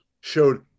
showed